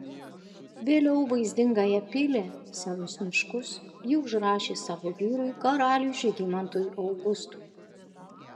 vėliau vaizdingąją pilį senus miškus ji užrašė savo vyrui karaliui žygimantui augustui